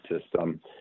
System